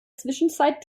zwischenzeit